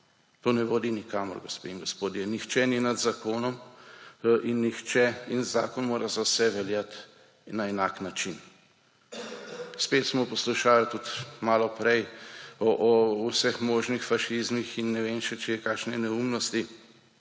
To ne vodi nikamor, gospe in gospodje. Nihče ni nad zakonom in zakon mora za vse veljati na enak način. Spet smo poslušali, tudi malo prej, o vseh možnih fašizmih in ne vem še kakšne neumnosti.